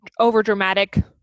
overdramatic